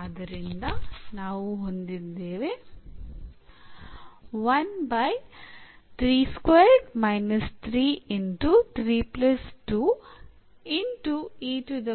ಆದ್ದರಿಂದ ನಾವು ಹೊಂದಿದ್ದೇವೆ ಇದು ನಿಶ್ಚಿತ